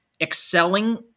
excelling